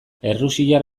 errusiar